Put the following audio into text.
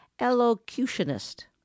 elocutionist